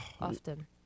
Often